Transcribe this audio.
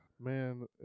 man